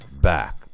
back